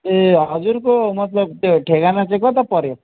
ए हजुरको मतलब त्यो ठेगाना चाहिँ कता पर्यो